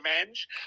Revenge